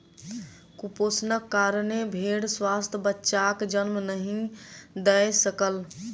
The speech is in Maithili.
कुपोषणक कारणेँ भेड़ स्वस्थ बच्चाक जन्म नहीं दय सकल